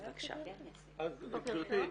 גברתי,